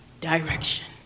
direction